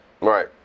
Right